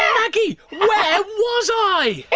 and maggie, where was i?